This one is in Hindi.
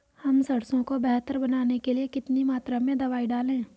हम सरसों को बेहतर बनाने के लिए कितनी मात्रा में दवाई डालें?